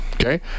Okay